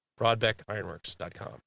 BroadbeckIronworks.com